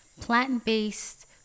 plant-based